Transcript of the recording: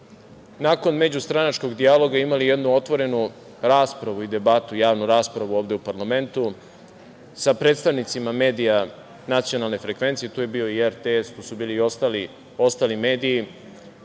nakon međustranačkog dijaloga imali jedu otvorenu raspravu i debatu, javnu raspravu ovde u parlamentu sa predstavnicima medija nacionalne frekvencije. Tu je bio i RTS, tu su bili i ostali mediji.